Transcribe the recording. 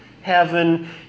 heaven